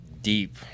deep